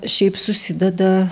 šiaip susideda